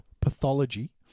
Pathology